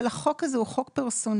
אבל החוק הזה הוא חוק פרסונלי.